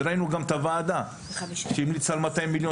וראינו גם את הוועדה שהמליצה על 200 מיליון